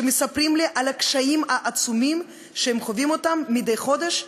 שמספרים לי על הקשיים העצומים שהם חווים מדי חודש,